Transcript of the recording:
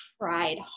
tried